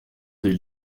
des